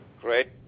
Great